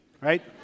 Right